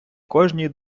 кожній